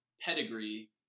pedigree